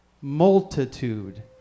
multitude